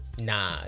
nah